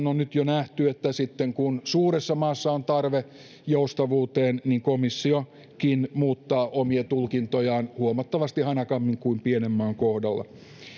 on nyt jo nähty että sitten kun suuressa maassa on tarve joustavuuteen niin komissiokin muuttaa omia tulkintojaan huomattavasti hanakammin kuin pienen maan kohdalla